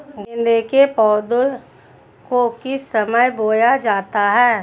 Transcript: गेंदे के पौधे को किस समय बोया जाता है?